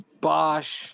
Bosch